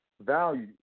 value